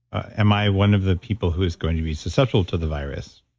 am i one of the people who's going to be susceptible to the virus?